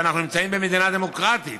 אנחנו נמצאים במדינה דמוקרטית.